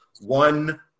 one